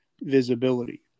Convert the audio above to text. visibility